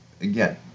Again